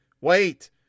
Wait